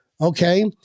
Okay